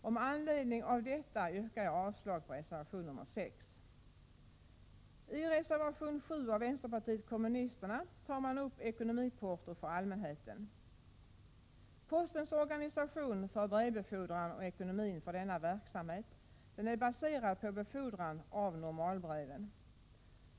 Med anledning av detta yrkar jag avslag på reservation nr 6. I reservation 7 av vänsterpartiet kommunisterna tar man upp ekonomiporto för allmänheten. Postens organisation för brevbefordran och ekonomin för denna verksamhet är baserad på befordran av normalbreven.